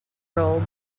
role